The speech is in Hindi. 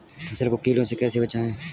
फसल को कीड़े से कैसे बचाएँ?